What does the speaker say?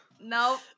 no